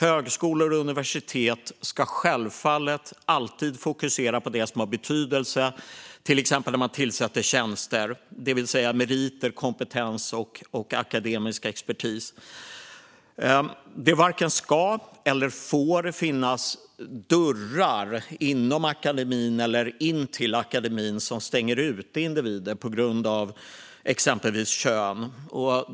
Högskolor och universitet ska självfallet alltid fokusera på det som har betydelse, till exempel när man tillsätter tjänster - meriter, kompetens och akademisk expertis. Det varken ska eller får finnas dörrar inom akademin eller in till akademin som stänger ute individer på grund av exempelvis kön.